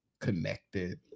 connected